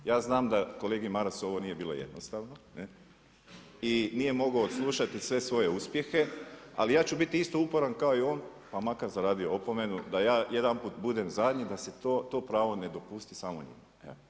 Ja znam da kolegi Maras ovo nije bilo jednostavno i nije mogao odslušati sve svoje uspjehe, ali ja ću biti isto uporan kao i on pa makar zaradio opomenu da ja jedanput budem zadnji da si to pravo ne dopusti samo njima.